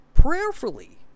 prayerfully